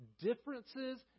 differences